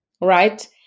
right